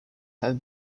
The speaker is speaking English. have